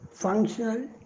Functional